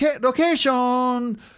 location